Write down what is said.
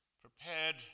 prepared